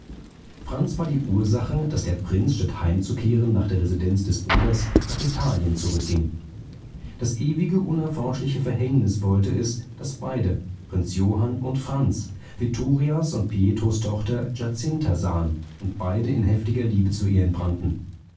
franz war die ursache daß der prinz statt heimzukehren nach der residenz des bruders nach italien zurückging das ewige unerforschliche verhängnis wollte es daß beide prinz johann und franz vittorias und pietros tochter giazinta sahen und beide in heftiger liebe zu ihr entbrannten